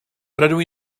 rydw